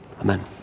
Amen